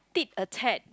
tick a tag